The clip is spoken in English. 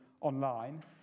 online